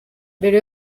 mbere